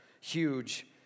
Huge